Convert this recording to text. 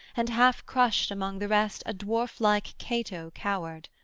and half-crushed among the rest a dwarf-like cato cowered.